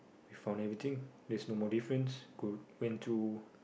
found everything there's no more difference good